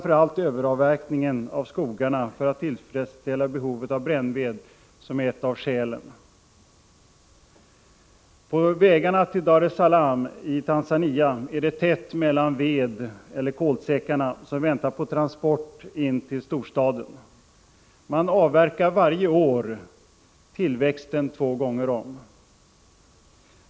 Överavverkningen av skogarna för att tillfredsställa behovet av brännved är ett av skälen. På vägarna till Dar es Salaam i Tanzania är det tätt mellan vedeller kolsäckarna som väntar på transport in till storstaden. Man avverkar varje år tillväxten två gånger om.